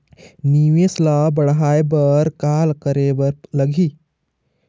निवेश ला बड़हाए बर का करे बर लगही?